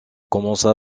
commença